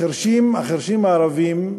החירשים הערבים,